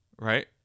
right